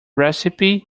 recipe